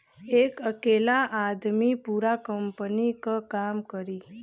एक अकेला आदमी पूरा कंपनी क काम करी